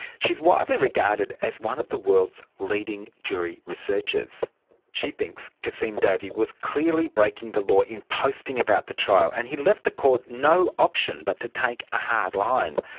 she's widely regarded as one of the world's leading jury researchers. she thinks kasim davey was clearly breaking the law in posting about the trial and he left the court no option but to take a hard line.